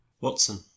Watson